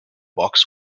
box